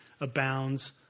abounds